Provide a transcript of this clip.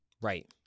Right